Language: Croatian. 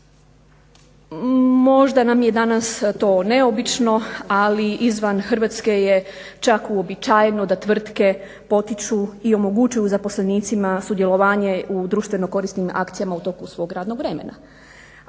Možda nam je danas to neobično ali izvan Hrvatske je čak uobičajeno da tvrtke potiču i omogućuju zaposlenicima sudjelovanje u društveno korisnim akcijama u toku svog radnog vremena,